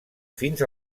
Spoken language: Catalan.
fins